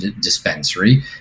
dispensary